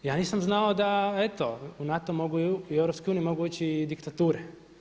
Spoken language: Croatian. Ja nisam znao da eto u NATO i u EU mogu ići i diktature.